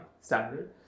standard